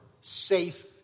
safe